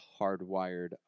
hardwired